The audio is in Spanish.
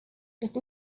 este